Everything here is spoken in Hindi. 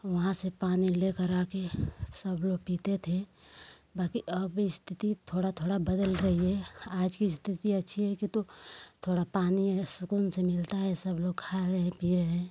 वहाँ से पानी लेकर आके सब लोग पीते थे बाकी अब स्थिति थोड़ा थोड़ा बदल रही है आज की स्थिति अच्छी है किन्तु थोड़ा पानी है सुकून से मिलता है सब लोग खा रहे हैं पी रहे हैं